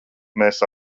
mēs